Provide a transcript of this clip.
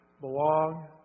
belong